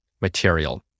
material